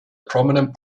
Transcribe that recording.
prominent